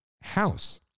house